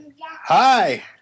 Hi